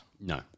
No